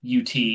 UT